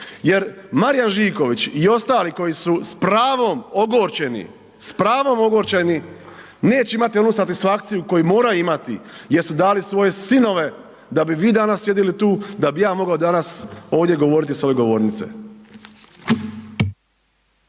jer Marijan Živković i ostali koji su s pravom ogorčeni, s pravom ogorčeni neće imati onu satisfakciju koju moraju imati jer su dali svoje sinove da bi vi danas sjedili tu, da bi ja danas mogao ovdje govoriti s ove govornice.